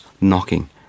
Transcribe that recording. knocking